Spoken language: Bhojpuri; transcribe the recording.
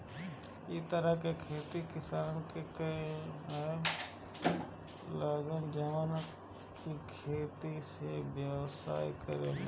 इ तरह के खेती उ किसान करे लन जवन की खेती से व्यवसाय करेले